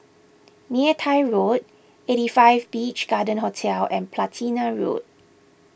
Neythai Road eight five Beach Garden Hotel and Platina Road